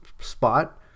spot